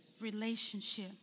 relationship